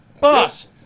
boss